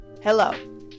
Hello